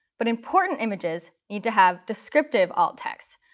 but important images need to have descriptive alt texts.